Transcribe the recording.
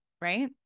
right